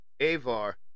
Avar